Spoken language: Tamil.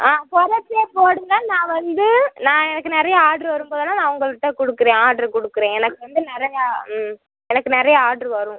ஆ குறச்சே போடுங்க நான் வந்து நான் எனக்கு நிறைய ஆட்ரு வரும்போதெலாம் நான் உங்கள்கிட்ட கொடுக்குறேன் ஆட்ரு கொடுக்குறேன் எனக்கு வந்து நிறையா ம் எனக்கு நிறையா ஆட்ரு வரும்